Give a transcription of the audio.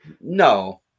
No